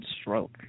stroke